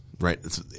Right